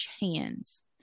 hands